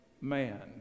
man